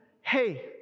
hey